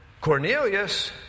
Cornelius